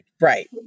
right